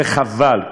וחבל.